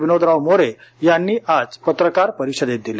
विनोदराव मोरे यांनी आज पत्रकार परिषदेत दिली